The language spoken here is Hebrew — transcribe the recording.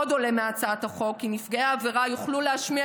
עוד עולה מהצעת החוק כי נפגעי העבירה יוכלו להשמיע